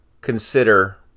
consider